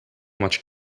much